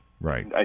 Right